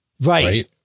Right